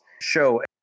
show